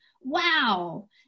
wow